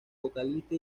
vocalista